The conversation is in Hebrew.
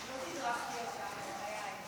לא תדרכתי אותם, בחיי.